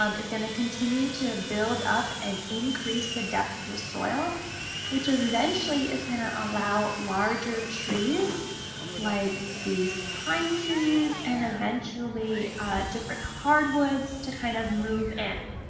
um is going to continue to build up and increase the depth of the soil which eventually is going to allow larger trees like these pine trees and eventually different hardwoods to kind of move in.